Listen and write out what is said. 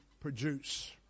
produce